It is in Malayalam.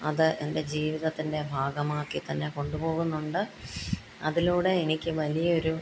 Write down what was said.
അത് എൻ്റെ ജീവിതത്തിൻ്റെ ഭാഗമാക്കിത്തന്നെ കൊണ്ടുപോകുന്നുണ്ട് അതിലൂടെ എനിക്ക് വലിയൊരു